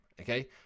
okay